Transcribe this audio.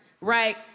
Right